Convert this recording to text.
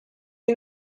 you